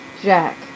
Jack